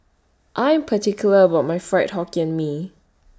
I Am particular about My Fried Hokkien Mee